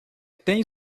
tem